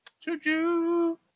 Choo-choo